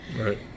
Right